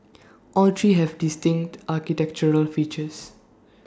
all three have distinct architectural features